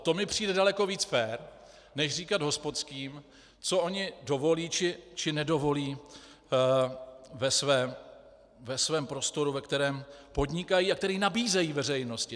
To mi přijde daleko víc fér než říkat hospodským, co oni dovolí či nedovolí ve svém prostoru, ve kterém podnikají a který nabízejí veřejnosti.